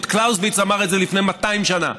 עוד קלאוזביץ אמר את זה לפני 200 שנה,